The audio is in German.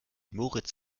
moritz